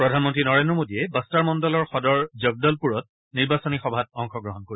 প্ৰধানমন্ত্ৰী নৰেন্দ্ৰ মোদীয়ে বাস্তাৰ মণ্ডলৰ সদৰ জগ্দলপুৰত নিৰ্বাচনী সভাত অংশগ্ৰহণ কৰিব